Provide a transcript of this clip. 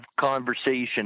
conversation